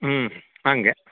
ಹ್ಞೂ ಹಂಗೆ